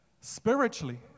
Spiritually